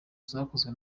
zakozwe